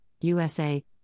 USA